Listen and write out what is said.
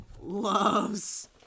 loves